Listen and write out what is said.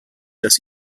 das